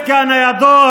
אז למה הצבעת נגד?